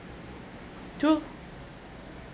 true